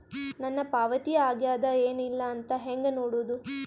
ನನ್ನ ಪಾವತಿ ಆಗ್ಯಾದ ಏನ್ ಇಲ್ಲ ಅಂತ ಹೆಂಗ ನೋಡುದು?